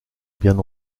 bien